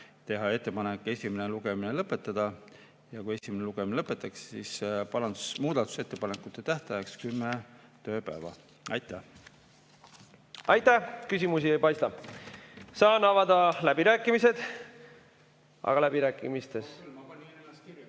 teha ettepanek esimene lugemine lõpetada ja kui esimene lugemine lõpetatakse, siis parandus‑ ja muudatusettepanekute tähtajaks määrata kümme tööpäeva. Aitäh! Aitäh! Küsimusi ei paista. Saan avada läbirääkimised. Aga läbirääkimiste ...